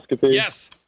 Yes